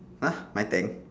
!huh! my tank